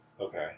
Okay